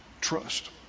trust